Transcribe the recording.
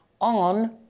on